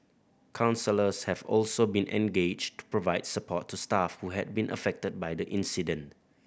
counsellors have also been engaged to provide support to staff who have been affected by the incident